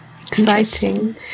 Exciting